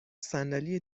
صندلی